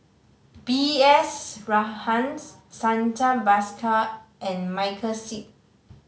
B S Rajhans Santha Bhaskar and Michael Seet